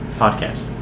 podcast